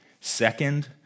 Second